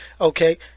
Okay